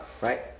right